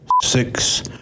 six